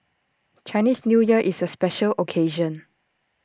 Chinese New Year is A special occasion